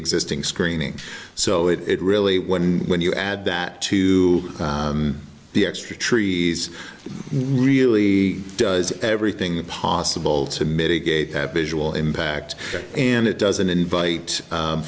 existing screening so it really when when you add that to the extra trees really does everything possible to mitigate that visual impact and it doesn't invite